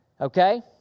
Okay